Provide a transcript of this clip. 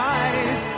eyes